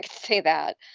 say that.